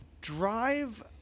drive